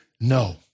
No